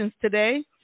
today